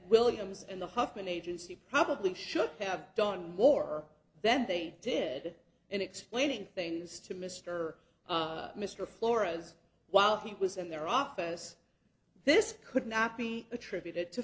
williams and the huffman agency probably should have done more then they did in explaining things to mr mr flores while he was in their office this could not be attributed to